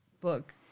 book